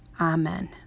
Amen